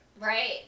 Right